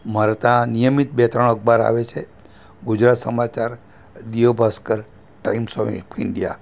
મારે તા નિયમિત બે ત્રણ અખબાર આવે છે Gujarat Samachar Divya Bhaskar Times of India